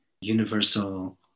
universal